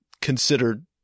considered